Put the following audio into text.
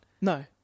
No